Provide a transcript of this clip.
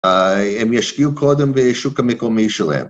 ‫הם ישקיעו קודם בשוק המקומי שלהם.